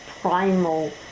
primal